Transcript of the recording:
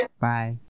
Bye